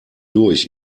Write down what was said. durch